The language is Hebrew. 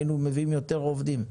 היינו מביאים יותר עובדים,